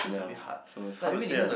ya so it's hard to say ah